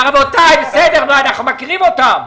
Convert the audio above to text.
אנחנו מכירים אותם.